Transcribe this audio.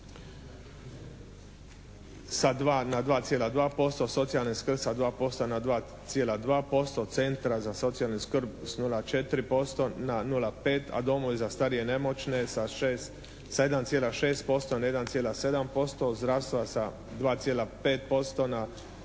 na 2,2%. Socijalne skrbi sa 2% na 2,2%. Centra za socijalnu skrb s 0,4% na 0,5, a domove za starije i nemoćne sa 6, 7,6% na 1,7%. Zdravstva sa 2,5% na 3,2%